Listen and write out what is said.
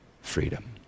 freedom